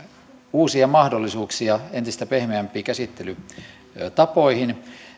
uusia mahdollisuuksia entistä pehmeämpiin käsittelytapoihin